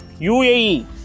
UAE